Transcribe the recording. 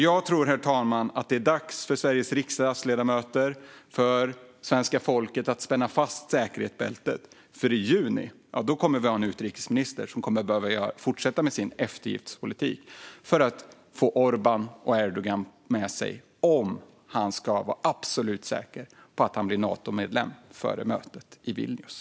Jag tror, herr talman, att det är dags för Sveriges riksdagsledamöter och svenska folket att spänna fast säkerhetsbältet. I juni kommer vi nämligen att ha en utrikesminister som behöver fortsätta med sin eftergiftspolitik för att få Orbán och Erdogan med sig, om han ska vara absolut säker på att Sverige blir Natomedlem före mötet i Vilnius.